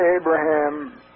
Abraham